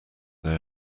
they